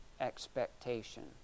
expectation